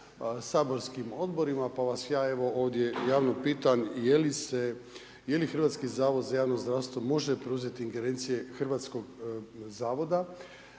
saborskim Odborima, pa vas ja evo ovdje javno pitam, je li se, je li Hrvatski zavod za javno zdravstvo može preuzeti ingerencije Hrvatskog zavoda